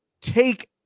take